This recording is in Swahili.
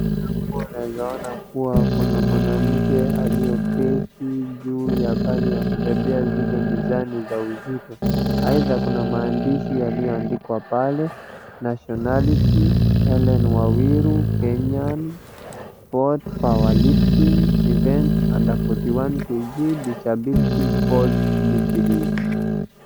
Mbele yangu naeza ona kuwa kuwa mwanamke aliyeketi juu ya bali ya kubebea zile mizani za uzito, aidha kuna maandishi yaliyoandikwa pale nationality, Hellen Wawira, Kenyan, pode power lifting event under 41kg disability sport .